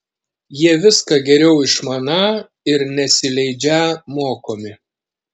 jie viską geriau išmaną ir nesileidžią mokomi